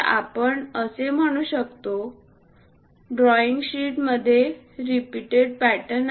तर आपण असे म्हणू शकतो ड्रॉईंग शीट मधील रिपीटेड पॅटर्न